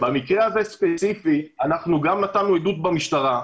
במקרה הזה ספציפית גם נתנו עדות במשטרה,